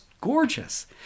gorgeous